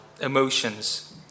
emotions